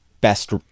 best